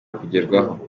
kugerwaho